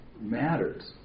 matters